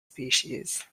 species